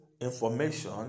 information